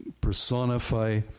personify